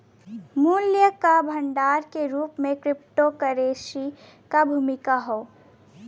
मूल्य क भंडार के रूप में क्रिप्टोकरेंसी क भूमिका हौ